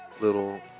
little